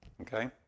Okay